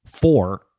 four